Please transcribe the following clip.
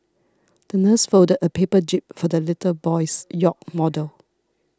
the nurse folded a paper jib for the little boy's yacht model